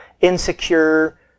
insecure